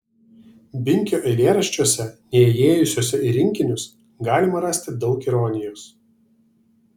binkio eilėraščiuose neįėjusiuose į rinkinius galima rasti daug ironijos